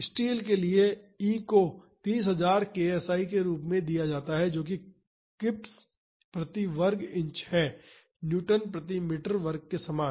steel के लिए E को 30000 केएसआई के रूप में दिया जाता है जो कि किप्स प्रति वर्ग इंच है न्यूटन प्रति मीटर वर्ग के समान